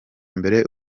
mbere